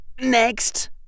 next